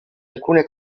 alcune